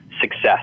success